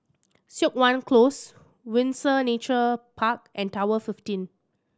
Siok Wan Close Windsor Nature Park and Tower fifteen